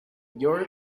your